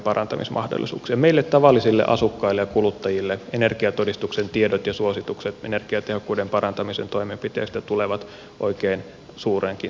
meille tavallisille asukkaille ja kuluttajille energiatodistuksen tiedot ja suositukset energiatehokkuuden parantamisen toimenpiteistä tulevat oikein suureenkin tarpeeseen